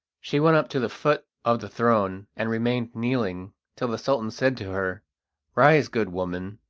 she went up to the foot of the throne, and remained kneeling till the sultan said to her rise, good woman,